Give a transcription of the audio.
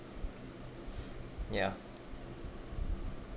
ya